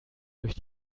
durch